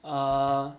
err